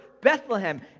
Bethlehem